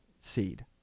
seed